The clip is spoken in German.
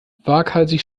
waghalsig